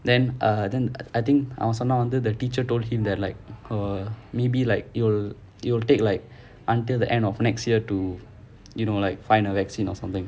then err then I think I also now the teacher told him that like err maybe like it will it will take like until the end of next year to you know like find a vaccine or something